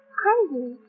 crazy